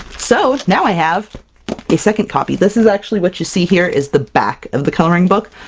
so now i have a second copy! this is actually, what you see here, is the back of the coloring book.